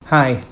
hi,